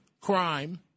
crime